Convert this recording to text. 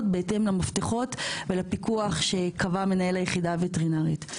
בהתאם למפתחות ולפיקוח שקבע מנהל היחידה הווטרינרית.